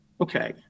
Okay